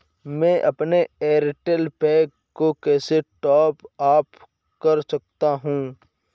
मैं अपने Airtel pack को कैसे टॉप अप कर सकता हूँ?